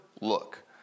look